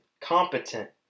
competent